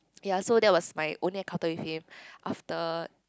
ya so that was my only encounter with him after